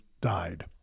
died